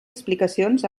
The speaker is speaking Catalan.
explicacions